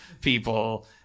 people